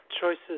choices